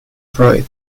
freud